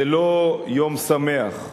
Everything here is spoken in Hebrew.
זה לא יום שמח.